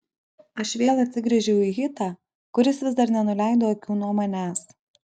aš vėl atsigręžiau į hitą kuris vis dar nenuleido akių nuo manęs